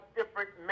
different